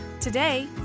Today